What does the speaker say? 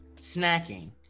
snacking